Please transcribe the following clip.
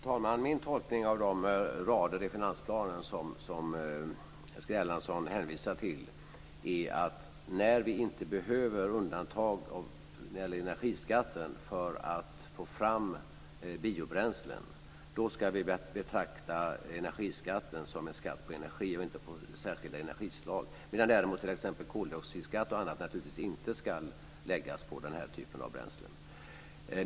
Fru talman! Min tolkning av de rader i finansplanen som Eskil Erlandsson hänvisar till är denna: När vi inte behöver undantag vad gäller energiskatten för att få fram biobränslen ska vi betrakta energiskatten som en skatt på energi och inte på särskilda energislag. Koldioxidskatt och annat ska däremot inte läggas på denna typ av bränslen.